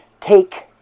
Take